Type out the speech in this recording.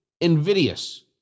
invidious